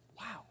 Wow